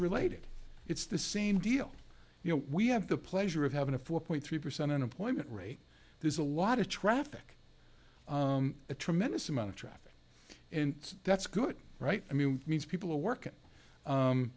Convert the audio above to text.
related it's the same deal you know we have the pleasure of having a four point three percent unemployment rate there's a lot of traffic a tremendous amount of traffic and that's good right i mean means people are work